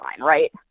right